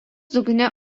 dugne